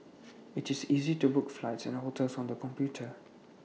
IT is easy to book flights and hotels on the computer